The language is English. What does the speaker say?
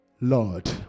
Lord